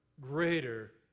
greater